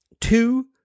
two